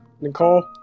Nicole